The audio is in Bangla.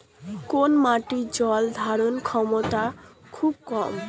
কোন মাটির জল ধারণ ক্ষমতা খুব কম?